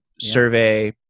survey